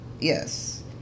Yes